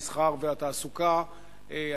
המסחר והתעסוקה,